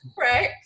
right